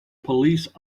police